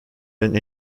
than